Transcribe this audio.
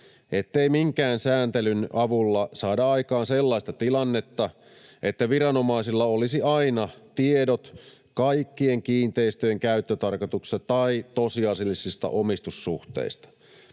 ettei minkään sääntelyn avulla saada aikaan sellaista tilannetta, että viranomaisilla olisi aina tiedot kaikkien kiinteistöjen käyttötarkoituksesta tai tosiasiallisista omistussuhteista.